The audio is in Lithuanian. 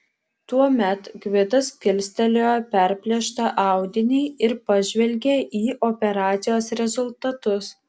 tuomet gvidas kilstelėjo perplėštą audinį ir pažvelgė į operacijos rezultatus